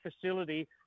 facility